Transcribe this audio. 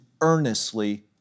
earnestly